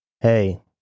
hey